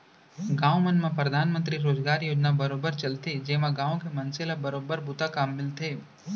गाँव मन म परधानमंतरी रोजगार योजना बरोबर चलथे जेमा गाँव के मनसे ल बरोबर बूता काम मिलथे